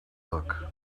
look